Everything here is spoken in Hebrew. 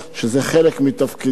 שזה חלק מתפקידנו.